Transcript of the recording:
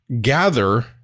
gather